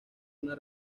una